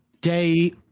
day